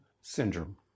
Syndrome